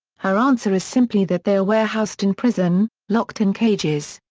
her answer is simply that they are warehoused in prison, locked in cages.